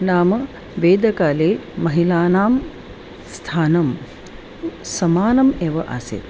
नाम वेदकाले महिलानां स्थानं समानम् एव आसीत्